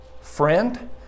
friend